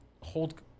hold